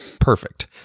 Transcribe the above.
perfect